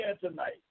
tonight